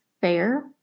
fair